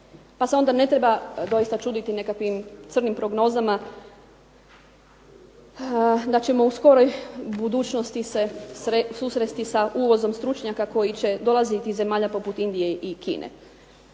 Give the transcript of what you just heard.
Pa se onda ne treba doista čuditi nekakvim crnim prognozama da ćemo u skoroj budućnosti susresti sa uvozom stručnjaka koji će dolaziti iz zemalja poput Indije i Kine.